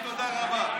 תן לו רקע אדום